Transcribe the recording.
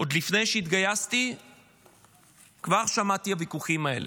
עוד לפני שהתגייסתי כבר שמעתי את הוויכוחים האלה.